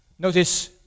Notice